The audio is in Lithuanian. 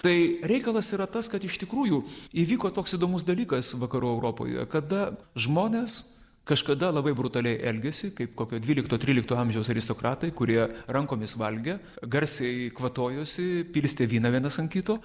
tai reikalas yra tas kad iš tikrųjų įvyko toks įdomus dalykas vakarų europoje kada žmonės kažkada labai brutaliai elgėsi kaip kokio dvylikto trylikto amžiaus aristokratai kurie rankomis valgė garsiai kvatojosi pilstė vyną vienas ant kito